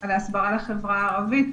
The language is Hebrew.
על ההסברה לחברה הערבית.